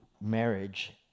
marriage